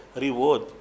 reward